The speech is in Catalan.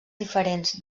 diferents